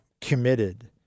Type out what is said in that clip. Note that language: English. committed